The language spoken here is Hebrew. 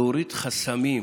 להוריד חסמים,